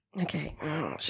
Okay